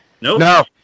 No